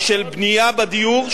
של בנייה בדיור,